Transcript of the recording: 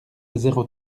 zéro